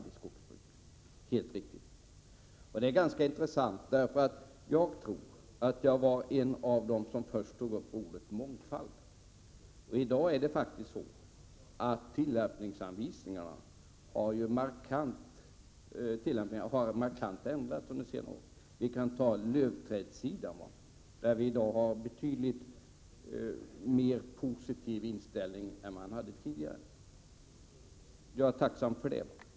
Det är ganska intressant, för jag tror att jag var en av de första som tog upp ordet mångfald. Tillämpningen har faktiskt markant ändrats under senare år. Vi kan ta lövträdssidan som exempel. Vi har i dag en betydligt mer positiv inställning än tidigare. Jag är tacksam för det.